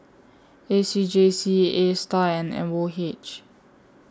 A C J C A STAR and M O H